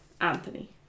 Anthony